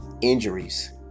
injuries